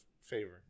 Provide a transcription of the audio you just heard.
Favor